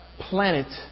planet